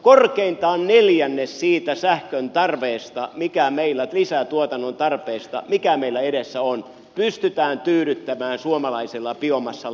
korkeintaan neljännes siitä sähkön lisätuotannon tarpeesta mikä meillä edessä on pystytään tyydyttämään suomalaisella biomassalla